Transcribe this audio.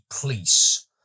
police